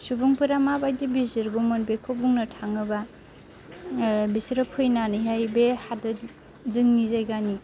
सुबुंफोरा माबायदि बिजिरगौमोन बेखौ बुंनो थाङोबा बिसोरो फैनानैहाय बे हादर जोंनि जायगानि